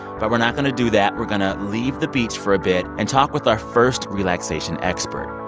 but we're not going to do that. we're going to leave the beach for a bit and talk with our first relaxation expert,